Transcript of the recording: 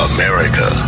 America